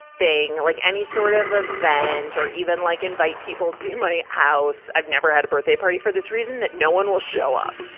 like any sort of event or even like invite people to my house i've never had a birthday party for this reason that no one will show up.